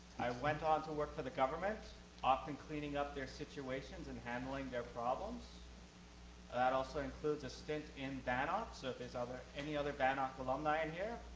i went on to work for the government often cleaning up their situations and handling their problems that also includes a stint in vanoc, so if there's any other vanoc alumni in here,